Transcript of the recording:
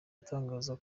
atangaza